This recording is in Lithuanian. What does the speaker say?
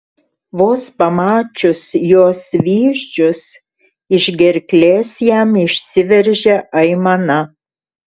vos pamačius jos vyzdžius iš gerklės jam išsiveržė aimana